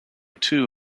two